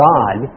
God